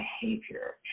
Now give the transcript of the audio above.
behavior